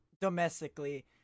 domestically